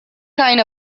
kind